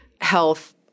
health